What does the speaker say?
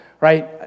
right